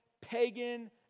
pagan